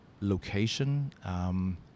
location